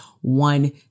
one